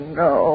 no